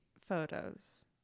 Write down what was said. photos